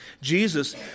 Jesus